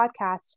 podcast